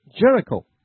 Jericho